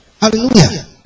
Hallelujah